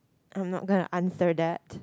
I'm not gonna answer that